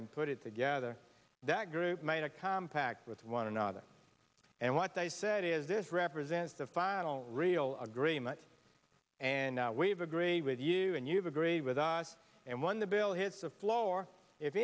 and put it together that group made a compact with one another and what i said is this represents the final real agreement and we've agreed with you and you've agreed with us and one the bill hits the floor if